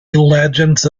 legends